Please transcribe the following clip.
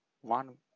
one